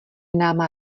náma